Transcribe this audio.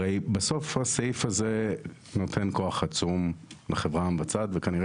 הרי בסוף הסעיף הזה נותן כוח עצום לחברה המבצעת וכנראה